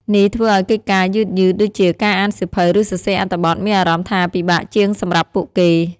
នេះធ្វើឱ្យកិច្ចការយឺតៗ ដូចជាការអានសៀវភៅ ឬសរសេរអត្ថបទ មានអារម្មណ៍ថាពិបាកជាងសម្រាប់ពួកគេ។